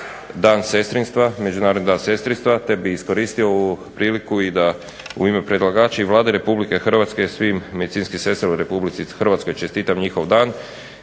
Dan sestrinstva, Međunarodni dan sestrinstva, te bih iskoristio ovu priliku i da u ime predlagača i Vlade Republike Hrvatske svim medicinskim sestrama u Republici Hrvatskoj čestitam njihov dan.